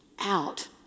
out